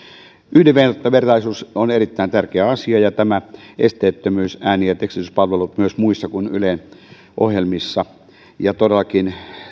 yhdenvertaisuus on erittäin tärkeä asia ja tämä esteettömyys ääni ja tekstityspalvelut myös muissa kuin ylen ohjelmissa todellakin